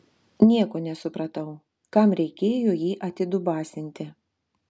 nieko nesupratau kam reikėjo jį atidubasinti